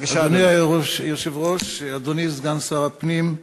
אדוני היושב-ראש, אדוני סגן שר הפנים,